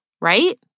right